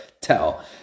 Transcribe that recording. tell